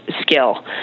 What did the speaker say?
skill